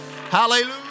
Hallelujah